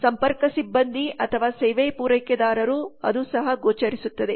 ಸಂಪರ್ಕ ಸಿಬ್ಬಂದಿ ಅಥವಾ ಸೇವಾ ಪೂರೈಕೆದಾರರು ಅದು ಸಹ ಗೋಚರಿಸುತ್ತದೆ